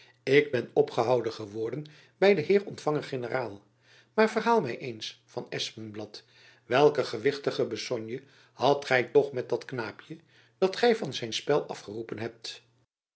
ik ben opgehouden geworden by den heer ontfanger generaal maar verhaal my eens van espenblad welke gewichtige besoigne hadt gy toch met dat knaapjen dat gy van zijn spel afgeroepen hebt